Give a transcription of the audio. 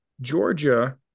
Georgia